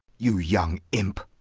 you young imp,